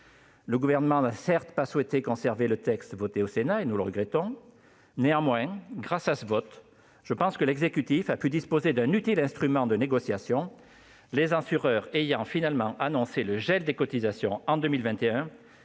Le Gouvernement n'a certes pas souhaité conserver le texte voté au Sénat, ce que nous regrettons. Néanmoins, grâce à ce vote, l'exécutif a pu disposer d'un utile instrument de négociation, les assureurs ayant finalement annoncé le gel des cotisations en 2021